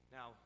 Now